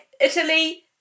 Italy